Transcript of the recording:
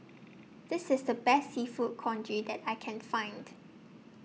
This IS The Best Seafood Congee that I Can Find